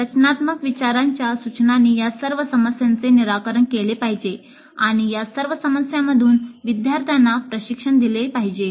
रचनात्मक विचारांच्या सूचनांनी या सर्व समस्यांचे निराकरण केले पाहिजे आणि या सर्व समस्यांमधून विद्यार्थ्यांना प्रशिक्षण दिले पाहिजे